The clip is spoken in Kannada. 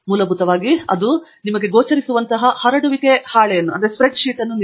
ಮೂಲಭೂತವಾಗಿ ಅವರು ಸಾಮಾನ್ಯವಾಗಿ ನಿಮಗೆ ಗೋಚರಿಸುವಂತಹ ಹರಡುವಿಕೆ ಹಾಳೆಯನ್ನು ನೀಡುತ್ತಾರೆ